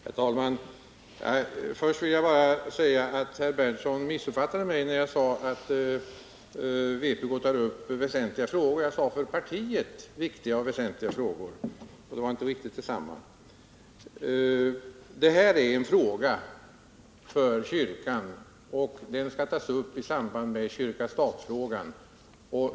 Herr talman! Först vill jag bara säga att herr Berndtson missuppfattade mig när jag sade att vpk tar upp väsentliga frågor. Jag sade att det var ”för partiet” väsentliga frågor, och det är inte riktigt detsamma. Detta är en fråga för kyrkan, och den skall tas upp i samband med kyrka-stat-frågan.